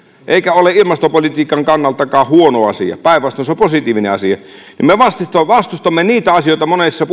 eikä ole ilmastopolitiikankaan kannalta huono asia päinvastoin se on positiivinen asia me vastustamme vastustamme monessa